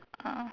a'ah